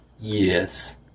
Yes